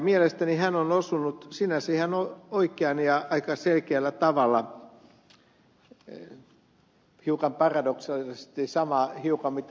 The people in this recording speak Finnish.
mielestäni hän on osunut sinänsä ihan oikeaan ja aika selkeällä tavalla hiukan paradoksaalisesti samaa hiukan mitä ed